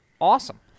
Awesome